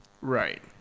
Right